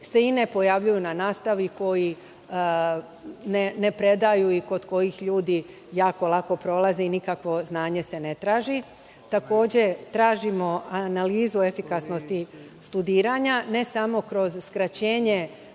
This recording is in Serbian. se i ne pojavljuju na nastavi, koji ne predaju i kod kojih ljudi jako lako prolaze i nikakvo znanje se ne traži. Takođe, tražimo analizu efikasnosti studiranja ne samo kroz skraćenje